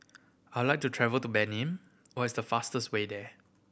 I'd like to travel to Benin what is the fastest way there